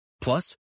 Plus